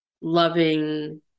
loving